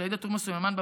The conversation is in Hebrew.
של עאידה תומא סלימאן,